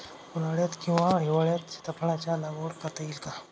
उन्हाळ्यात किंवा हिवाळ्यात सीताफळाच्या लागवड करता येईल का?